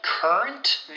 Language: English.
current